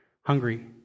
hungry